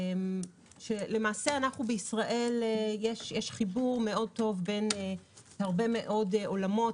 למעשה בישראל יש חיבור טוב מאוד בין הרבה מאוד עולמות.